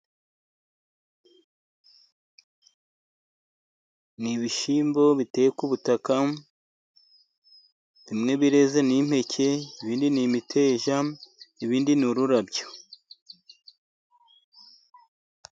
Ni ibishyimbo biteye ku butaka, bimwe bireze ni impeke, ibindi ni imiteja, ibindi ni ururabyo.